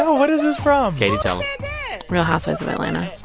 what is this from? katie, tell him real housewives of atlanta.